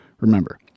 Remember